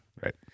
Right